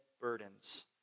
burdens